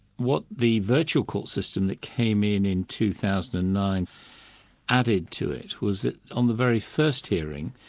what the virtual court system that came in in two thousand and nine added to it was that on the very first hearing,